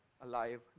alive